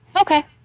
Okay